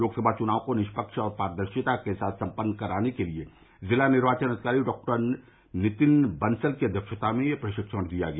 लोकसभा चुनाव को निष्पक्ष और पारदर्शिता के साथ सम्पन्न कराने के लिए जिला निर्वाचन अधिकारी डॉक्टर नितिन बंसल की अध्यक्षता में यह प्रशिक्षण दिया गया